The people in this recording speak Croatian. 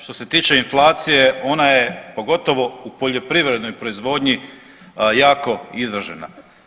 Što se tiče inflacije onda je pogotovo u poljoprivrednoj proizvodnji jako izražena.